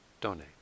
donate